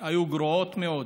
היו גרועות מאוד: